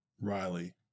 Riley